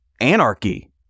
anarchy